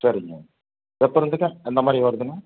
சரிங்க எப்போ இருந்துங்க அந்தமாதிரி வருதுங்க